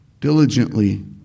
diligently